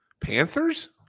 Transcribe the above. panthers